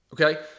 Okay